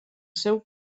seu